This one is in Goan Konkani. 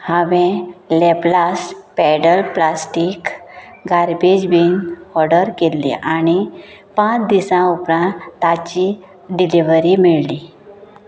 हांवें लॅपलास्ट पॅडल गार्बेज बीन ऑडर केल्लें आनी पांच दिसा उपरा ताची डिलिवरी मेळ्ळी